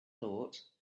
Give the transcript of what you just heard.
thought